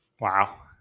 Wow